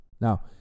Now